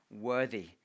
worthy